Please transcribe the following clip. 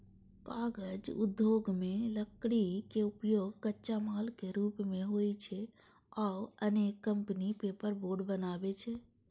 कागज उद्योग मे लकड़ी के उपयोग कच्चा माल के रूप मे होइ छै आ अनेक कंपनी पेपरबोर्ड बनबै छै